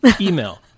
email